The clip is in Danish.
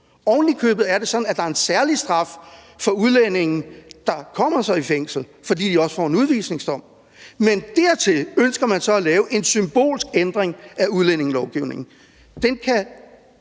Ovenikøbet er det sådan, at der er en særlig straf for udlændinge, der så kommer i fængsel, fordi de også får en udvisningsdom. Dertil ønsker man så at lave en symbolsk ændring af udlændingelovgivningen, og den kan